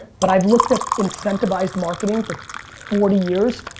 but i've looked at incentivized marketing for forty years.